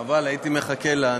חבל, הייתי מחכה לה.